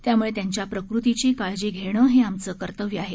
त्यामुळे त्यांच्या प्रकृतीची काळजी घेणं हे आमचं कर्तव्य आहे